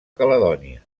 caledònia